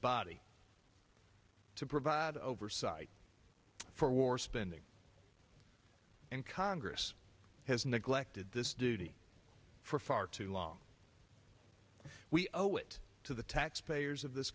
body to provide oversight for war spending and congress has neglected this duty for far too long we owe it to the taxpayers of this